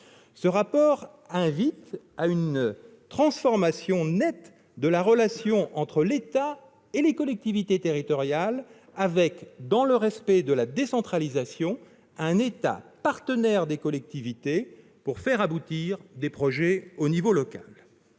Ce rapport invite à une transformation nette de la relation entre l'État et les collectivités territoriales avec, dans le respect de la décentralisation, un État partenaire des collectivités pour faire aboutir des projets à l'échelon local.